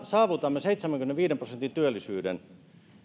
saavutamme seitsemänkymmenenviiden prosentin työllisyyden